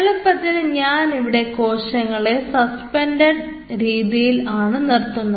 എളുപ്പത്തിന് ഞാനിവിടെ കോശങ്ങളെ സസ്പെൻഡഡ് രീതിയിൽ ആണ് നിർത്തുന്നത്